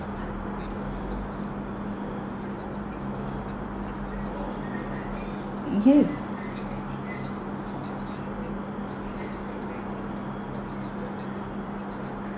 yes